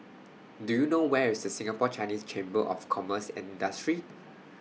Do YOU know Where IS Singapore Chinese Chamber of Commerce and Industry